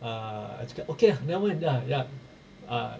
ah cakap okay lah nevermind ya ya ah